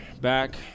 back